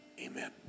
amen